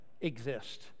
exist